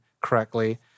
correctly